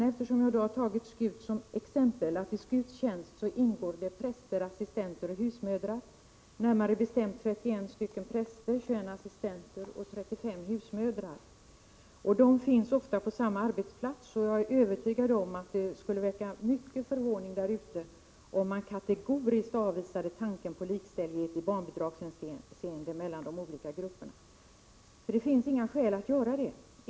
Eftersom jag har tagit SKUT som exempel kan jag nämna att SKUT i sin tjänst har präster, assistenter och husmödrar, närmare bestämt 31 präster, 21 assistenter och 35 husmödrar. Dessa grupper finns ofta på samma arbetsplats. Jag är övertygad om att det skulle väcka stor förvåning på en sådan arbetsplats, om vi kategoriskt avvisade tanken på likställighet i barnbidragshänseende mellan de olika grupperna. Det finns inga skäl att göra det.